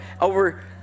Over